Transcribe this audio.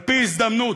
על-פי הזדמנות,